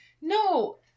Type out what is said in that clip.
No